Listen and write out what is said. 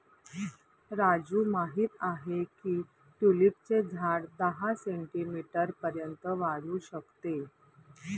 राजू माहित आहे की ट्यूलिपचे झाड दहा सेंटीमीटर पर्यंत वाढू शकते